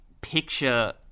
picture